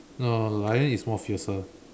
no the lion is more fiercer